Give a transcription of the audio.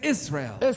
Israel